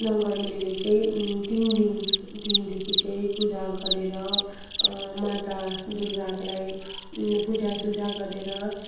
नगर्नेले चाहिँ तिन दिन दिनदेखि चाहिँ पूजा गरेर माता दुर्गाको लागि पूजा सुजा गरेर